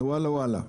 וואלה, וואלה.